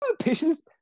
patience